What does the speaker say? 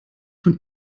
von